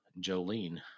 Jolene